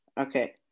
Okay